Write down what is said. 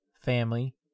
family